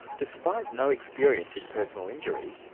despite no experience in personal injury,